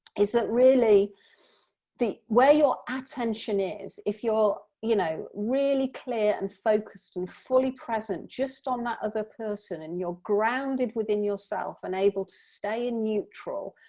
is that really where your attention is if you're, you know, really clear and focused, and fully present just on that other person, and you're grounded within yourself, and able to stay in neutral,